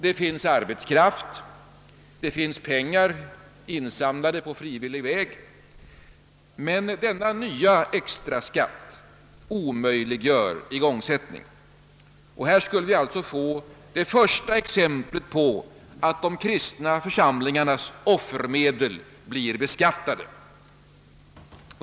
Det finns arbetskraft, det finns pengar, insamlade på frivillig väg, men denna nya extraskatt omöjliggör igångsättning. Här skulle vi alltså få det första exemplet på att de kristna församlingarnas offermedel blir beskattade.